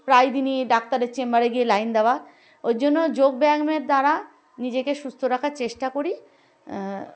প্রায় দিনই ডাক্তারের চেম্বারে গিয়ে লাইন দেওয়া ওই জন্য যোগব্যায়ামের দ্বারা নিজেকে সুস্থ রাখার চেষ্টা করি